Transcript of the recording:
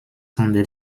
handelt